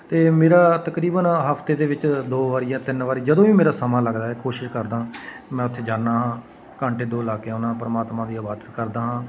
ਅਤੇ ਮੇਰਾ ਤਕਰੀਬਨ ਹਫ਼ਤੇ ਦੇ ਵਿੱਚ ਦੋ ਵਾਰੀ ਜਾਂ ਤਿੰਨ ਵਾਰੀ ਜਦੋਂ ਵੀ ਮੇਰਾ ਸਮਾਂ ਲੱਗਦਾ ਹੈ ਕੋਸ਼ਿਸ਼ ਕਰਦਾ ਮੈਂ ਉੱਥੇ ਜਾਂਦਾ ਹਾਂ ਘੰਟੇ ਦੋ ਲਾ ਕੇ ਆਉਂਦਾ ਪਰਮਾਤਮਾ ਦੀ ਇਬਾਦਤ ਕਰਦਾ ਹਾਂ